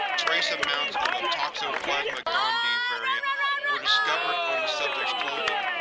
trace amounts of a toxoplasma gondii variant were discovered on the subject's clothing,